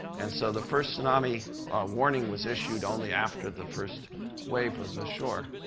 and so the first tsunami warning was issued only after the first wave was ashore.